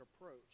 approach